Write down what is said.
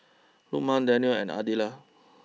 Lukman Danial and